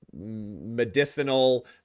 medicinal